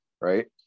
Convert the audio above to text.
right